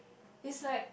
is like